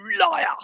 liar